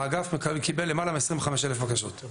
האגף קיבל למעלה מ-25 אלף בקשות.